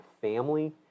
Family